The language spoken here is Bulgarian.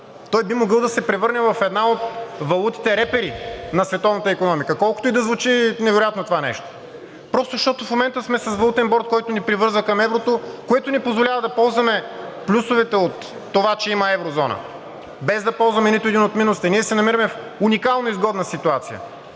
той би могъл да се превърне в една от валутите репери на световната икономика, колкото и да звучи невероятно това нещо. Просто защото в момента сме с Валутен борд, който ни привързва към еврото, което ни позволява да ползваме плюсовете от това, че има еврозона, без да ползваме нито един от минусите. Ние се намираме в уникално изгодна ситуация